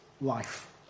life